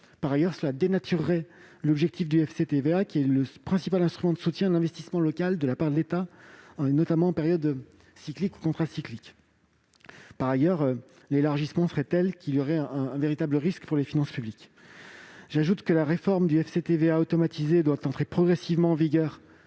Par ailleurs, cela dénaturerait l'objectif du FCTVA, qui est le principal instrument de soutien de l'investissement local de la part de l'État, notamment en période cyclique ou contracyclique. En outre, l'importance de l'élargissement induirait un véritable risque pour les finances publiques. La réforme du FCTVA automatisé, qui doit entrer progressivement en vigueur